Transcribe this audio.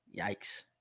Yikes